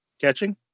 catching